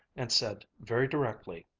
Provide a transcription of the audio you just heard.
and said, very directly,